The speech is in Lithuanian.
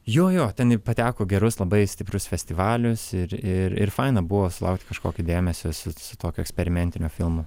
jo jo ten ir pateko gerus labai stiprius festivalius ir ir ir faina buvo sulaukti kažkokio dėmesio su su tokiu eksperimentiniu filmu